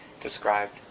described